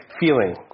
feeling